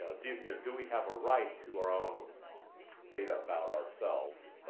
ah do you know do we have a right to our own data about ourselves,